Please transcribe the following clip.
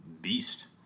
beast